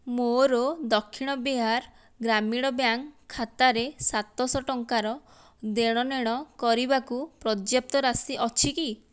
ମୋର ଦକ୍ଷିଣ ବିହାର ଗ୍ରାମୀଣ ବ୍ୟାଙ୍କ୍ ଖାତାରେ ସାତଶହ ଟଙ୍କାର ଦେଣନେଣ କରିବାକୁ ପର୍ଯ୍ୟାପ୍ତ ରାଶି ଅଛି କି